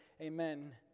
amen